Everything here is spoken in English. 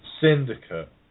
Syndicate